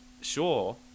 sure